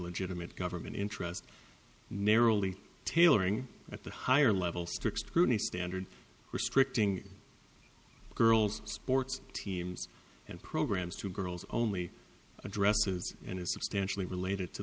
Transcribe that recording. legitimate government interest narrowly tailoring at the higher level strict scrutiny standard restricting girls sports teams and programs to girls only addresses and is substantially related to